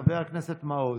חבר הכנסת מעוז.